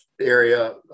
area